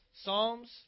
Psalms